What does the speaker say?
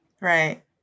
Right